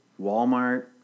Walmart